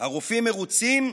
הרופאים מרוצים,